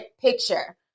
picture